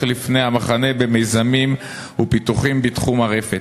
לפני המחנה במיזמים ופיתוחים בתחום הרפת.